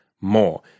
more